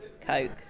Coke